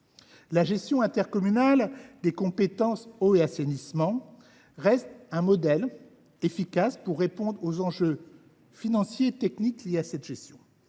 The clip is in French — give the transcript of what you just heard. La gestion intercommunale des compétences « eau » et « assainissement » reste un modèle efficace pour répondre aux enjeux financiers et techniques liés à cette gestion.